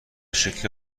شکل